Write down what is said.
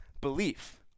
belief